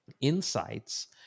insights